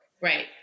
Right